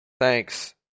Thanks